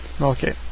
Okay